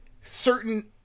certain